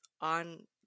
On